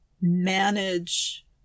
manage